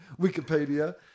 Wikipedia